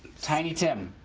tiny tim?